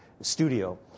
studio